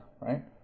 right